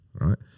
right